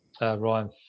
Ryan